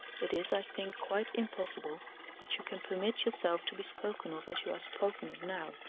it is, i think, quite impossible that you can permit yourself to be spoken of as you are spoken of now,